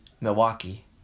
Milwaukee